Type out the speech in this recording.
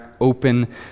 open